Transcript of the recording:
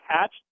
hatched